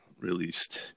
released